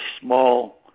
small